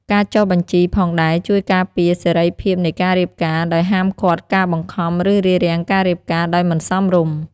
ការចុះបញ្ជីផងដែរជួយការពារសេរីភាពនៃការរៀបការដោយហាមឃាត់ការបង្ខំឬរារាំងការរៀបការដោយមិនសមរម្យ។